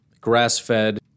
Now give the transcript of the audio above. grass-fed